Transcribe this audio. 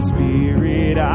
Spirit